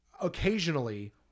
occasionally